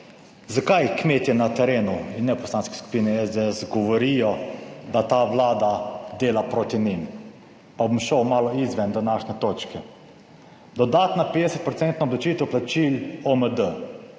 zakaj kmetje na terenu in ne v Poslanski skupini SDS govorijo, da ta Vlada dela proti njim? Pa bom šel malo izven današnje točke. Dodatna 50 procentna obdavčitev plačil OMD.